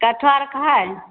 कठहरके हइ